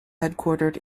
headquartered